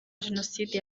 jenoside